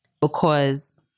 because-